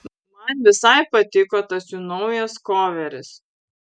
man visai patiko tas jų naujas koveris